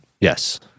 Yes